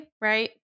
right